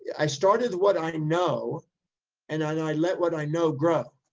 i started what i know and i let, what i know grow.